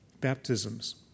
baptisms